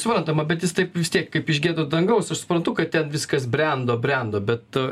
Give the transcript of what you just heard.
suprantama bet jis taip vis tiek kaip iš giedro dangaus aš suprantu kad ten viskas brendo brendo bet